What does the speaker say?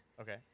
okay